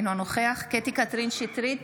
אינו נוכח קטי קטרין שטרית,